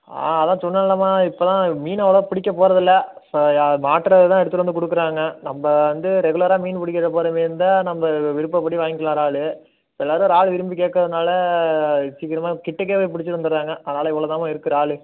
ஆ அதுதான் சொன்னேயில்லம்மா இப்போ தான் மீன் அவ்வளோவா பிடிக்க போகிறதில்ல இப்போ யா மாட்டிறத தான் எடுத்துகிட்டு வந்து கொடுக்கறாங்க நம்ம வந்து ரெகுலராக மீன் பிடிக்கிற போறமேரிருந்தா நம்ம விருப்ப படி வாங்கலாம் இறால் எல்லாேரும் இறாலு விரும்பி கேட்கறதுனால சீக்கிரமாக கிட்டக்கேயவே பிடிச்சினு வந்துடுறாங்க அதனால் இவ்வளோ தாம்மா இருக்குது இறாலு